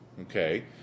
Okay